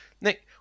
Nick